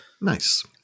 nice